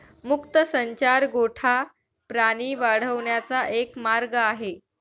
मुक्त संचार गोठा प्राणी वाढवण्याचा एक मार्ग आहे